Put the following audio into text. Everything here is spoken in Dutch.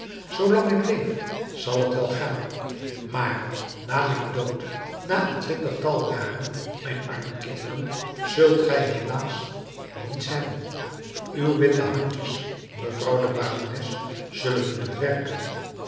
zoolang ik leef zal het wel gaan maar na mijn dood na een twintigtal jaren mijn arme kinderen zult gij helaas niets hebben uw witte handjes mevrouw de barones zullen moeten werken